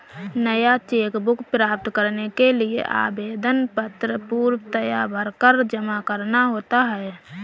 नया cheque book प्राप्त करने के लिए आवेदन पत्र पूर्णतया भरकर जमा करना होता है